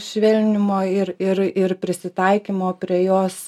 švelninimo ir ir ir prisitaikymo prie jos